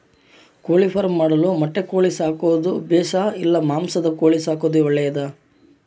ಕೋಳಿಫಾರ್ಮ್ ಮಾಡಲು ಮೊಟ್ಟೆ ಕೋಳಿ ಸಾಕೋದು ಬೇಷಾ ಇಲ್ಲ ಮಾಂಸದ ಕೋಳಿ ಸಾಕೋದು ಒಳ್ಳೆಯದೇ?